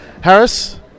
Harris